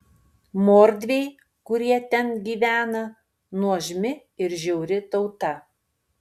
mordviai kurie ten gyvena nuožmi ir žiauri tauta